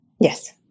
Yes